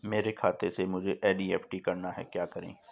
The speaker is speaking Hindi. मेरे खाते से मुझे एन.ई.एफ.टी करना है क्या करें?